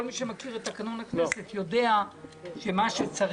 כל מי שמכיר את תקנון הכנסת יודע שמה שצריך